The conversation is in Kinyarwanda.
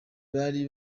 bari